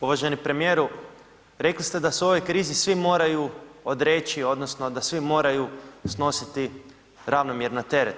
Uvaženi premijeru, rekli ste da se u ovoj krizi svi moraju odreći odnosno da svi moraju snositi ravnomjerno teret.